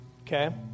Okay